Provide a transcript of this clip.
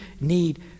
need